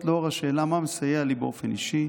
לאור השאלה 'מה מסייע לי באופן אישי'